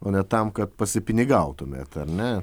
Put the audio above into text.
o ne tam kad pasipinigautumėt ar ne